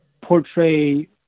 portray